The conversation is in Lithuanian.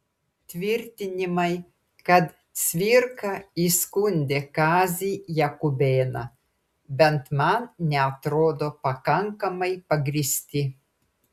tvirtinimai kad cvirka įskundė kazį jakubėną bent man neatrodo pakankamai pagrįsti